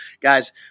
Guys